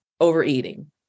overeating